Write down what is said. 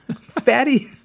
Fatty